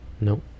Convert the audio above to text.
No